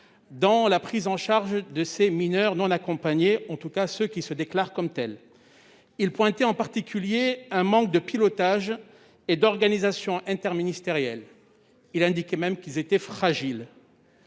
dans la prise en charge des mineurs non accompagnés, en tout cas de ceux qui se déclarent comme tels. Il insistait en particulier sur le manque de pilotage et d'organisation interministériels, et soulignait même des fragilités.